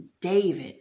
David